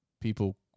people